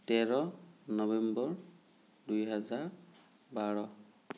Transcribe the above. তেৰ নৱেম্বৰ দুইহেজাৰ বাৰ